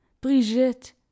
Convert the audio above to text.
Brigitte